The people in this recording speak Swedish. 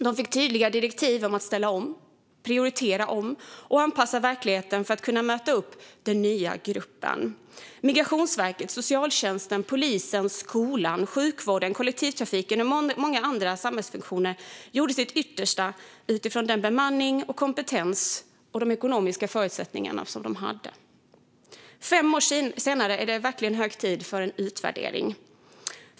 De fick tydliga direktiv om att ställa om, prioritera om och anpassa verkligheten för att kunna möta den nya gruppen. Migrationsverket, socialtjänsten, polisen, skolan, sjukvården, kollektivtrafiken och många andra samhällsfunktioner gjorde sitt yttersta utifrån den bemanning, den kompetens och de ekonomiska förutsättningar som de hade. Fem år senare är det verkligen hög tid för en utvärdering.